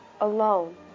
alone